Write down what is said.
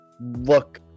look